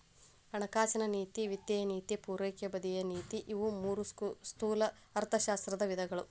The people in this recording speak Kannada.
ಹಣಕಾಸಿನ ನೇತಿ ವಿತ್ತೇಯ ನೇತಿ ಪೂರೈಕೆ ಬದಿಯ ನೇತಿ ಇವು ಮೂರೂ ಸ್ಥೂಲ ಅರ್ಥಶಾಸ್ತ್ರದ ವಿಧಗಳು